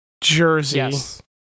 Jersey